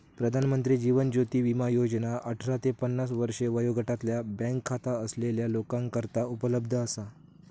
प्रधानमंत्री जीवन ज्योती विमा योजना अठरा ते पन्नास वर्षे वयोगटातल्या बँक खाता असलेल्या लोकांकरता उपलब्ध असा